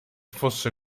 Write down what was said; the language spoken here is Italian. fosse